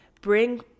bring